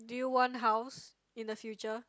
do you want house in the future